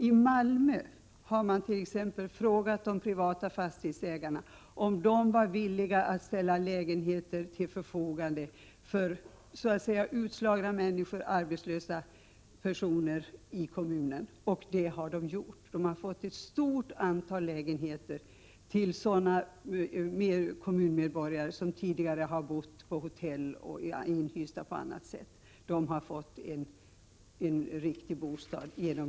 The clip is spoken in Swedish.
I Malmö har t.ex. de privata fastighetsägarna tillfrågats om de var villiga att ställa lägenheter till förfogande för utslagna människor och arbetslösa personer i kommunen. Det har de gjort, och därmed har kommunmedborgare som tidigare bott på hotell och varit inhysta på annat sätt fått en riktig bostad.